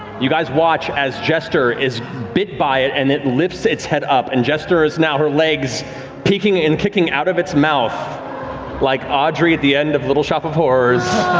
you guys watch as jester is bit by it and it lifts its head up and jester is now, her legs peeking and kicking out of its mouth like audrey at the end of little shop of horrors.